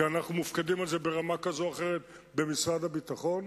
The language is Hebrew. כי אנחנו מופקדים על זה ברמה כזאת או אחרת במשרד הביטחון.